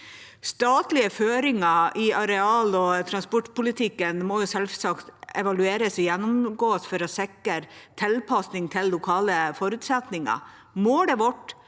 Statlige føringer i areal- og transportpolitikken må selvsagt evalueres og gjennomgås for å sikre tilpasning til lokale forutsetninger. Målet vårt